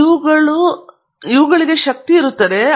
ಇವುಗಳಿಗೆ ಶಕ್ತಿಯಿರುವ ಸಾಮಾನ್ಯ ಗ್ಲಾಸ್ಗಳಿಗೆ ಅವುಗಳಿಗೆ ಕೆಲವು ಶಕ್ತಿ ಇರುತ್ತದೆ